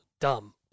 dumb